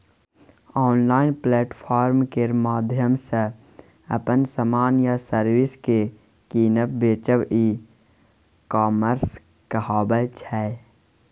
online platform केर माध्यमसँ अपन समान या सर्विस केँ कीनब बेचब ई कामर्स कहाबै छै